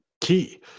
key